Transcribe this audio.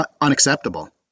unacceptable